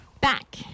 Back